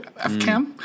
FCAM